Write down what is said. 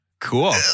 Cool